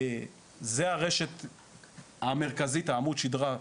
זו הרשת המרכזית, עמוד השדרה,